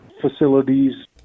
facilities